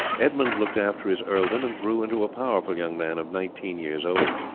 edmund looked after his earldom, and grew into a powerful young man of nineteen years old.